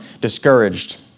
discouraged